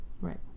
Right